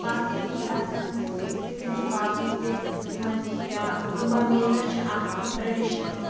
باقیَن ہُنٛد چھُ آسان یِتھَے کٔنۍ چھُ باقٕے تہِ یِمَن ہُنٛد یا کُمبا میلا چھُ اَکھ ٹریڈِشَن